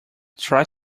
try